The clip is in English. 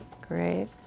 Great